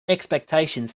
expectations